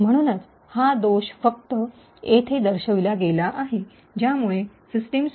म्हणूनच हा दोष फक्त येथे दर्शविला गेला आहे ज्यामुळे सिस्टम सुरक्षित राहू शकत नाही